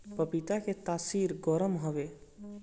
पपीता के तासीर गरम हवे